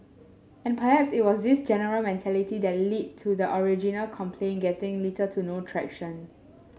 and perhaps it was this general mentality that lead to the original complaint getting little to no traction